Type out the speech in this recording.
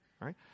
right